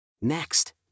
Next